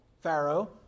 Pharaoh